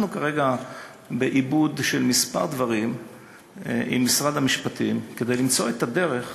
אנחנו כרגע בעיבוד של כמה דברים עם משרד המשפטים כדי למצוא את הדרך